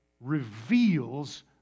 reveals